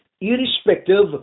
irrespective